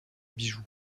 bijou